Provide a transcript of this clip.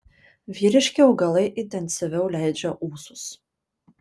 vyriški augalai intensyviau leidžia ūsus